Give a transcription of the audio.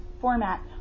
format